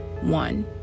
one